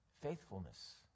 Faithfulness